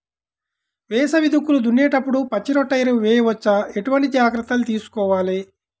వేసవి దుక్కులు దున్నేప్పుడు పచ్చిరొట్ట ఎరువు వేయవచ్చా? ఎటువంటి జాగ్రత్తలు తీసుకోవాలి?